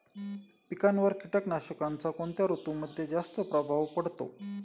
पिकांवर कीटकनाशकांचा कोणत्या ऋतूमध्ये जास्त प्रभाव पडतो?